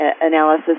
analysis